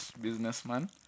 businessman